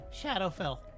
Shadowfell